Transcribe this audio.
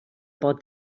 por